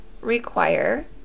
require